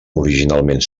originalment